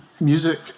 music